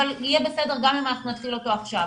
אבל יהיה בסדר גם אם אנחנו נתחיל אותו עכשיו.